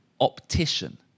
optician